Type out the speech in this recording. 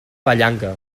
vallanca